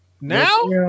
Now